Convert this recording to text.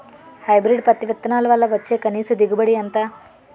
Hybrid పత్తి విత్తనాలు వల్ల వచ్చే కనీస దిగుబడి ఎంత?